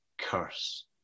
curse